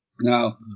Now